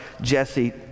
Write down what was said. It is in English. Jesse